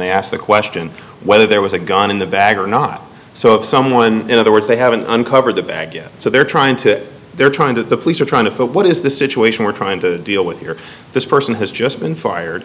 they asked the question whether there was a gun in the bag or not so if someone in other words they have an uncovered the bag so they're trying to they're trying to the police are trying to fit what is the situation we're trying to deal with here this person has just been fired